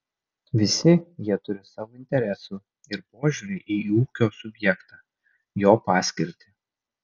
visi jie turi savo interesų ir požiūrį į ūkio subjektą jo paskirtį